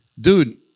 dude